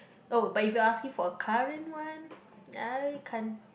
oh but if you're asking for a current one I can't